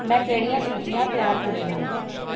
में केह्ड़ियां सूचियां त्यार कीतियां न